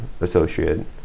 associate